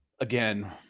again